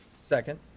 second